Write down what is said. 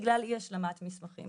בגלל אי השלמת מסמכים.